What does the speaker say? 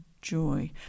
joy